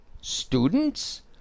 students